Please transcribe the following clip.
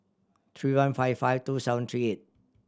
three one five five two seven three eight